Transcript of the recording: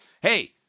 hey